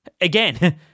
again